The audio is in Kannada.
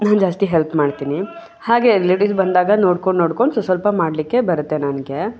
ನಾನು ಜಾಸ್ತಿ ಹೆಲ್ಪ್ ಮಾಡ್ತೀನಿ ಹಾಗೇ ರಿಲೇಟಿವ್ಸ್ ಬಂದಾಗ ನೋಡ್ಕೊಂಡು ನೋಡ್ಕೊಂಡು ಸ್ವಲ್ಪ ಸ್ವಲ್ಪ ಮಾಡಲಿಕ್ಕೆ ಬರುತ್ತೆ ನನಗೆ